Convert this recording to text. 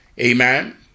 Amen